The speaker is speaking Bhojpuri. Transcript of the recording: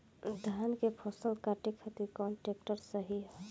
धान के फसल काटे खातिर कौन ट्रैक्टर सही ह?